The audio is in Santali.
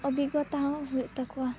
ᱚᱵᱷᱤᱜᱜᱚᱛᱟ ᱦᱚᱸ ᱦᱩᱭᱩᱜ ᱛᱟᱹᱠᱩᱣᱟ